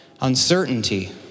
uncertainty